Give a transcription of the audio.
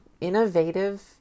innovative